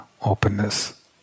openness